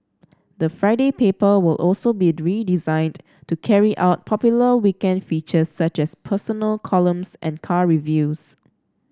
the Friday paper will also be redesigned to carry out popular weekend feature such as personal columns and car reviews